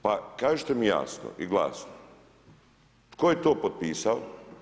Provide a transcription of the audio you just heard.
Pa, kažite mi jasno i glasno, tko je to potpisao?